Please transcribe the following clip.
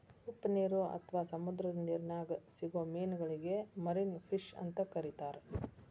ಉಪ್ಪನೇರು ಅತ್ವಾ ಸಮುದ್ರದ ನಿರ್ನ್ಯಾಗ್ ಸಿಗೋ ಮೇನಗಳಿಗೆ ಮರಿನ್ ಫಿಶ್ ಅಂತ ಕರೇತಾರ